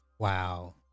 Wow